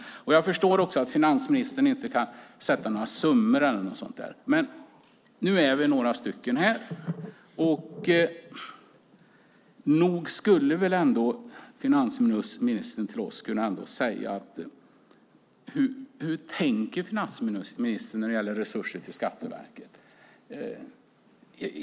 Jag förstår också att finansministern inte kan nämna några summor eller något sådant, men nu är vi några stycken här och nog skulle väl ändå finansministern till oss kunna säga hur finansministern tänker när det gäller resurser till Skatteverket.